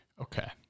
Okay